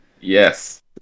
Yes